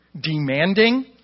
demanding